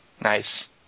Nice